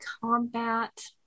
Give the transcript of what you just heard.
Combat